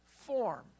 form